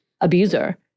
abuser